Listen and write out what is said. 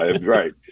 Right